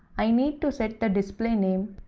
i need to set the display name.